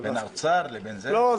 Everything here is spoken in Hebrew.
בין האוצר לבין --- לא.